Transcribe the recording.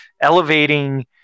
elevating –